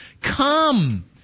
Come